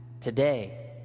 today